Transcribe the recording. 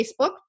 Facebook